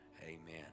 Amen